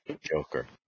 Joker